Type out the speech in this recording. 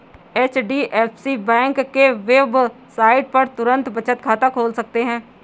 HDFC bank के website पर तुरंत बचत खाता खोल सकते है